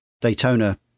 Daytona